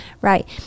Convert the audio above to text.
Right